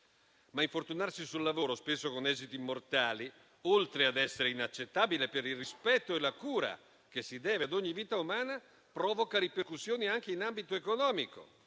Infortunarsi sul lavoro, spesso con esiti mortali, oltre ad essere inaccettabile per il rispetto e la cura che si deve ad ogni vita umana provoca ripercussioni anche in ambito economico: